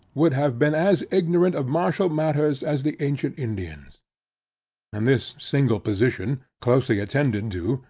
would have been as ignorant of martial matters as the ancient indians and this single position, closely attended to,